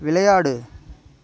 விளையாடு